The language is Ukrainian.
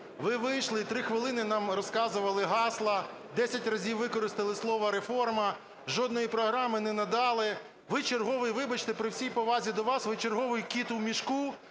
Ви вийшли і три хвилини нам розказували гасла, десять разів використали слово реформа, жодної програми не надали. Ви черговий, вибачте, при всій повазі до вас, ви черговий "кіт у мішку",